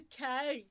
Okay